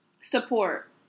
support